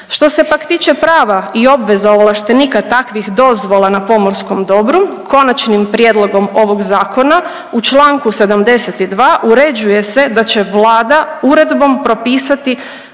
Što se pak tiče prava i obveza ovlaštenika takvih dozvola na pomorskom dobru Konačnim prijedlogom ovog zakona u čl. 72. uređuje se da će Vlada uredbom propisati